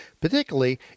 particularly